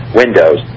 windows